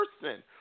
person